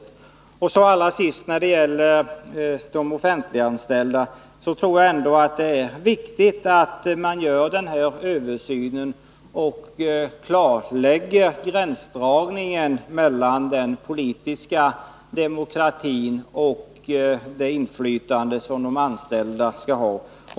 Allra sist vill jag säga när det gäller de offentliganställdas inflytande att det är viktigt att man gör den här översynen och klarlägger gränsdragningen mellan den politiska demokratin och det inflytande som de anställda skall ha.